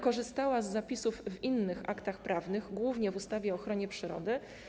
Korzystała z zapisów w innych aktach prawnych, głównie w ustawie o ochronie przyrody.